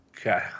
Okay